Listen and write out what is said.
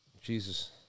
Jesus